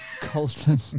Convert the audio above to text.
Colton